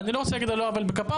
לא רוצה להגיד על לא עוול בכפם,